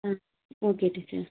ம் okay teacher